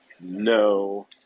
No